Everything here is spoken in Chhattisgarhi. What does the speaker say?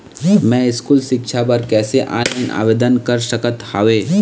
मैं स्कूल सिक्छा बर कैसे ऑनलाइन आवेदन कर सकत हावे?